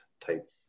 type